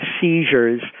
seizures